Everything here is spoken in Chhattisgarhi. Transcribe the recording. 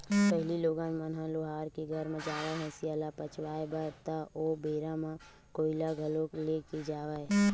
पहिली लोगन मन ह लोहार के घर म जावय हँसिया ल पचवाए बर ता ओ बेरा म कोइला घलोक ले के जावय